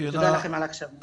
תודה על ההקשבה.